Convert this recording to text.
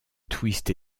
twist